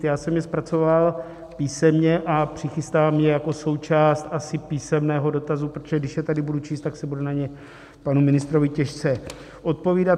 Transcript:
Já jsem je zpracoval písemně a přichystám je jako součást asi písemného dotazu, protože když je tady budu číst, tak se bude na ně panu ministrovi těžce odpovídat.